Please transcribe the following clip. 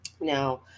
Now